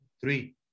three